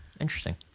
Interesting